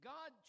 God